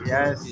Yes